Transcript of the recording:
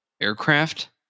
Aircraft